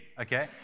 okay